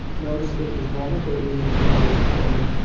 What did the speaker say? noticed that it was vulnerability that was the hardest for her,